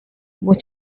what